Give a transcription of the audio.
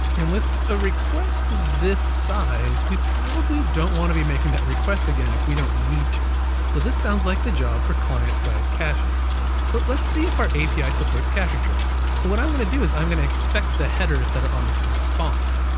and with a request of this size, we probably don't want to be making that request again if we don't need to. so this sounds like the job for client side caching. well let's see if our api supports caching tricks. so what i'm gonna do is i'm gonna expect the headers that are on this response.